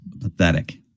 pathetic